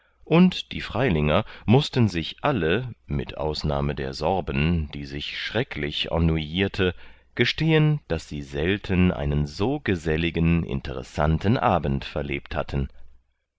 und die freilinger mußten sich alle mit ausnahme der sorben die sich schrecklich ennuyierte gestehen daß sie selten einen so geselligen interessanten abend verlebt hatten